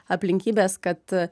aplinkybės kad